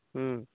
ହୁଁ